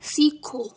सीखो